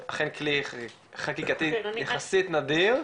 זה אכן כלי חקיקתי יחסית נדיר.